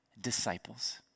disciples